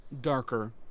darker